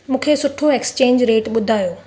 मूंखे सुठो exchange rate ॿुधायो